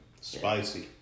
spicy